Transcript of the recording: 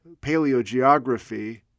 paleogeography